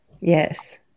Yes